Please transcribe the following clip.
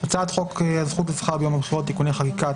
"הצעת חוק הזכות לשכר ביום הבחירות (תיקוני חקיקה),